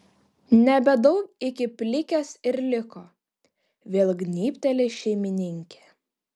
nebedaug iki plikės ir liko vėl gnybteli šeimininkė